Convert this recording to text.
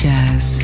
Jazz